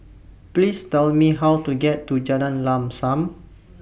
Please Tell Me How to get to Jalan Lam SAM